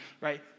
right